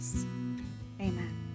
Amen